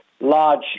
large